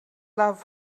love